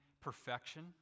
perfection